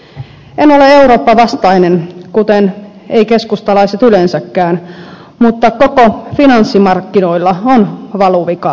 en ole eurooppa vastainen kuten eivät keskustalaiset yleensäkään mutta koko finanssimarkkinoilla on valuvika